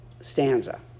stanza